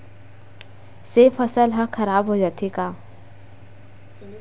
से फसल ह खराब हो जाथे का?